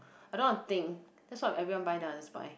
I don't wanna think that's what everyone buy then I'll just buy